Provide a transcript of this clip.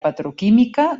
petroquímica